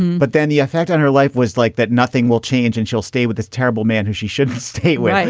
but then the effect on her life was like that nothing will change and she'll stay with this terrible man who she should stay away.